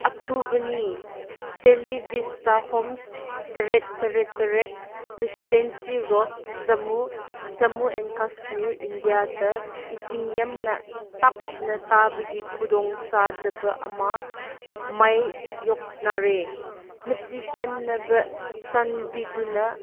ꯑꯊꯨꯕꯅꯤ ꯖꯦꯜꯂꯤ vista homes ꯇꯔꯦꯠ ꯇꯔꯦꯠ ꯇꯔꯦꯠ residency road Jammu Jammu and Kashmir ꯏꯟꯗꯤꯌꯥꯗ ꯏꯁꯤꯡ ꯌꯥꯝꯅ ꯇꯞꯅ ꯇꯥꯕꯒꯤ ꯈꯨꯗꯣꯡ ꯆꯥꯗꯕ ꯑꯃ ꯃꯥꯏꯌꯣꯛꯅꯔꯦ ꯃꯁꯤ ꯁꯦꯝꯅꯕ ꯆꯥꯟꯕꯤꯗꯨꯅ